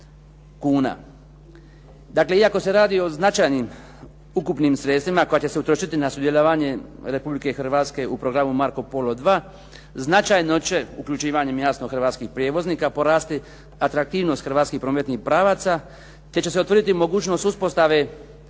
kuna. Dakle, iako se radi o značajnim ukupnim sredstvima koja će se utrošiti na sudjelovanje Republike Hrvatske u programu "Marco Polo II" značajno će, uključivanjem jasno hrvatskim prijevoznika, porasti atraktivnost hrvatskih prometnih pravaca te će se otvoriti mogućnost uspostave